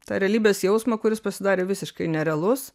tą realybės jausmą kuris pasidarė visiškai nerealus